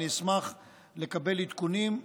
אני אשמח לקבל עדכונים,